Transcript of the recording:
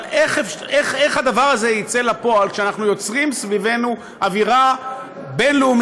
אבל איך הדבר הזה יצא לפועל כשאנחנו יוצרים סביבנו אווירה בין-לאומית,